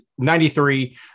93